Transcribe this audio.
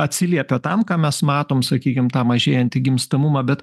atsiliepia tam ką mes matom sakykim tą mažėjantį gimstamumą bet